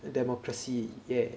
the democracy yeah